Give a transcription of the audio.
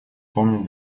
помнят